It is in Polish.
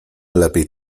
lepiej